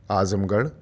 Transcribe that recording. اعظم گڑھ